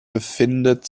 befindet